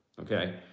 okay